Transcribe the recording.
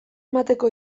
emateko